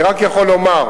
אני יכול לומר,